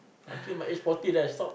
until my age forty then I stop